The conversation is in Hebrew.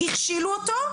הכשילו אותו,